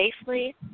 safely